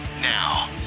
now